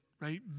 right